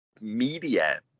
media